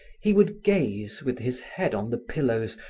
he would gaze, with his head on the pillows,